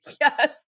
Yes